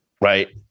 right